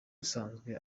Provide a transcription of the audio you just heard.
asanzwe